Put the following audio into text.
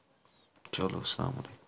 چلو سَلام علیکُم